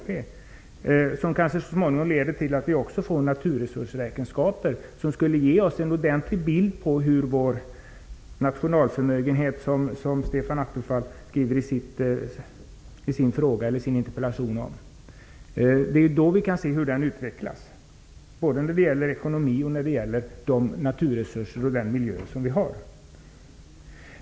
En sådan kan kanske så småningom leda till att vi får naturresursräkenskaper som skulle ge oss en ordentlig bild av hur den nationalförmögenhet som Stefan Attefall skriver om i sin interpellation utvecklas, både när det gäller ekonomi och när det gäller de naturresurser och den miljö som vi har.